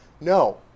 No